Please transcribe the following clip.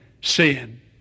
sin